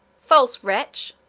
false wretch!